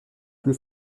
peu